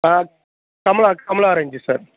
ஆ கமலா கமலா orange sir